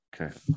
Okay